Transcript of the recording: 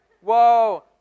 Whoa